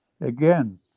again